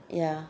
ya